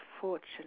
fortune